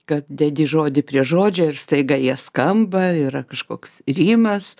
kad dedi žodį prie žodžio ir staiga jie skamba yra kažkoks rimas